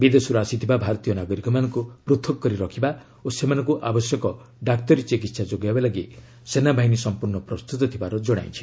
ବିଦେଶରୁ ଆସିଥିବା ଭାରତୀୟ ନାଗରିକମାନଙ୍କୁ ପୂଥକ୍ କରି ରଖିବା ଓ ସେମାନଙ୍କୁ ଆବଶ୍ୟକ ଡାକ୍ତରୀ ଚିକିହା ଯୋଗାଇବା ଲାଗି ସେନାବାହିନୀ ସଂପୂର୍ଣ୍ଣ ପ୍ରସ୍ତୁତ ଥିବାର ଜଣାଇଛି